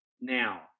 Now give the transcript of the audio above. now